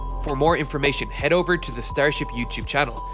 for more information head over to the starrship youtube channel,